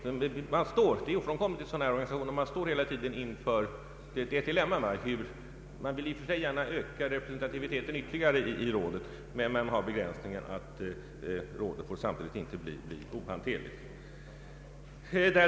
Det är ofrånkomligt när det gäller sådana här organ att man hela tiden står inför ett dilemma. Man vill i och för sig gärna öka representativiteten, men man har samtidigt begränsningen att församlingen inte får bli ohanterlig.